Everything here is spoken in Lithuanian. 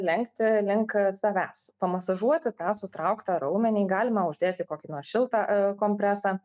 lenkti link savęs pamasažuoti tą sutrauktą raumenį galima uždėti kokį nors šiltą kompresą